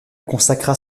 consacre